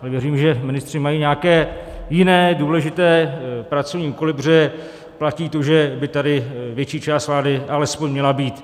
Věřím, že ministři mají nějaké jiné důležité pracovní úkoly, protože platí to, že by tady větší část vlády alespoň měla být.